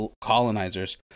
colonizers